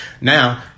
Now